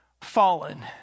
fallen